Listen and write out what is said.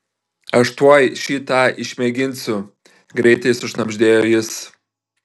aš tuoj šį tą išmėginsiu greitai sušnabždėjo jis